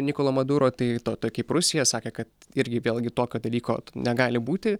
nikolo maduro tai ta ta kaip rusija sakė kad irgi vėlgi tokio dalyko negali būti